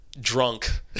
drunk